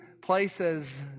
places